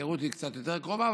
ההיכרות היא קצת יותר קרובה,